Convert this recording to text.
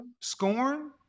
Scorn